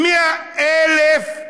100,000,